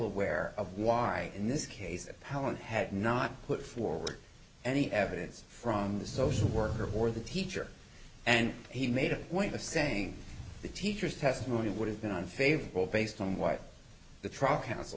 aware of why in this case helen had not put forward any evidence from the social worker or the teacher and he made a point of saying the teacher's testimony would have been unfavorable based on what the truck council